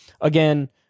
Again